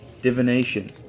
divination